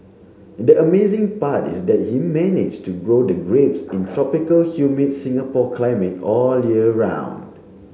the amazing part is that he managed to grow the grapes in tropical humid Singapore climate all year round